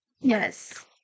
Yes